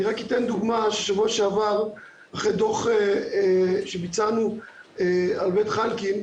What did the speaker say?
רק אתן דוגמה משבוע שעבר אחרי דוח הנדסי שביצענו על בית חלקין,